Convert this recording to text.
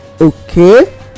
Okay